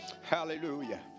hallelujah